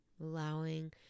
Allowing